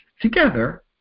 together